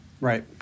Right